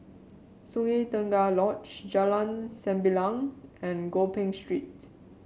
Sungei Tengah Lodge Jalan Sembilang and Gopeng Street